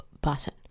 button